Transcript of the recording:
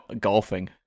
golfing